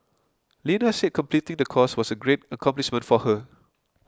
Lena said completing the course was a great accomplishment for her